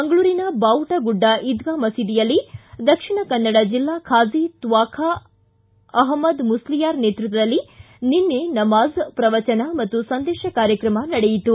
ಮಂಗಳೂರಿನ ಬಾವುಟಗುಡ್ಡ ಈದ್ಗಾ ಮಸೀದಿಯಲ್ಲಿ ದಕ್ಷಿಣ ಕನ್ನಡ ಜಿಲ್ಲಾ ಖಾಝಿ ತ್ವಾಖಾ ಅಹ್ಲದ್ ಮುಸ್ಲಿಯಾರ್ ನೇತೃತ್ವದಲ್ಲಿ ನಿನ್ನೆ ನಮಾಝ್ ಪ್ರವಚನ ಮತ್ತು ಸಂದೇಶ ಕಾರ್ಯಕ್ರಮ ನಡೆಯಿತು